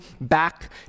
back